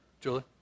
Julie